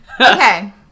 Okay